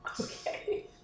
okay